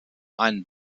ein